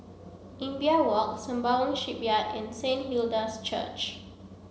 Imbiah Walk Sembawang Shipyard and Saint Hilda's Church